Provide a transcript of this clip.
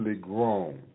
grown